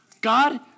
God